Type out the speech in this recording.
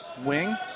wing